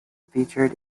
featured